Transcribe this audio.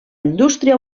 indústria